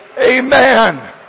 Amen